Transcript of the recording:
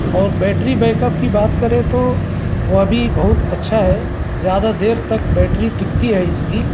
اور battery backup کی بات کرے تو وہ بھی بہت اچّھا ہے زیادہ دیر تک بیٹری ٹکتی ہے اس کی